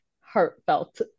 heartfelt